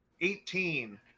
Eighteen